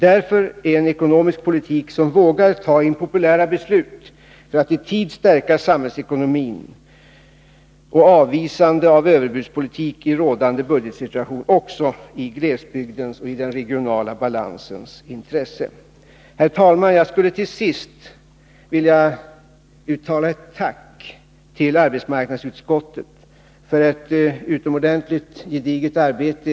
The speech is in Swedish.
Därför är en ekonomisk politik som vågar ta impopulära beslut för att i tid stärka samhällsekonomin och ett avvisande av överbudspolitik i rådande budgetsituation också i glesbygdens och den regionala balansens intresse. Herr talman! Jag skulle till sist vilja uttala ett tack till arbetsmarknadsutskottet för ett utomordentligt gediget arbete.